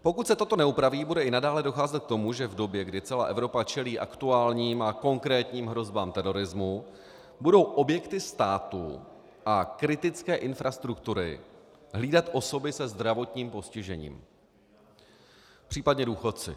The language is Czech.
Pokud se toto neupraví, bude i nadále docházet k tomu, že v době, kdy celá Evropa čelí aktuálním a konkrétním hrozbám terorismu, budou objekty státu a kritické infrastruktury hlídat osoby se zdravotním postižením, případně důchodci.